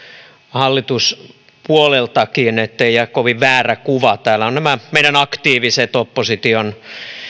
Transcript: hallituspuoleltakin ettei jää kovin väärä kuva täällä ovat nämä meidän aktiiviset opposition